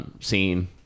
scene